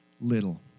little